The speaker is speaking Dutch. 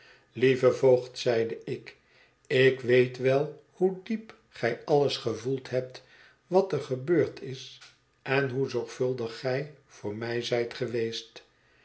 lieve voogd zeide ik ik weet wel hoe diep gij alles gevoeld hebt wat er gebeurd is en hoe zorgvuldig gij voor mij zijt geweest